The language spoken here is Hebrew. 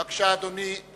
בבקשה, אדוני.